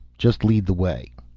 just lead the way.